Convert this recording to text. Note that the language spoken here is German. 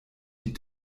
die